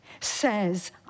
says